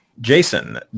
Jason